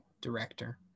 director